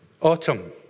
Autumn